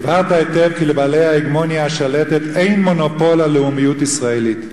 הבהרת היטב שלבעלי ההגמוניה השלטת אין מונופול על לאומיות ישראלית.